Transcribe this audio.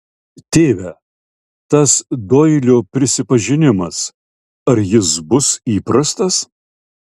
tėve tas doilio prisipažinimas ar jis bus įprastas